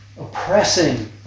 oppressing